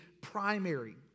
Primary